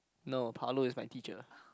no Palo is my teacher